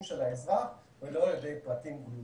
של האזרח ולא על ידי פרטים גלויים.